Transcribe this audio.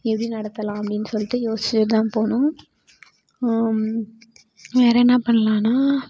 எப்படி நடத்தலாம் அப்படின் சொல்லிவிட்டு யோசிச்சுட்டு தான் போகணும் வேறு என்ன பண்ணலான்னா